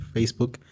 Facebook